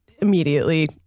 immediately